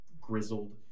grizzled